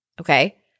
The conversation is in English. Okay